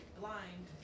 blind